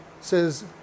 says